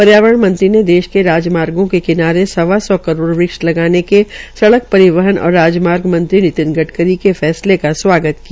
पर्यावरण मंत्री ने देश के राजमार्गो के किनारे सवा करोड़ वृक्ष लगाने के सड़क परिवहन और राजमार्ग मंत्री नितिन गड़करी के फैसले का स्वागत किया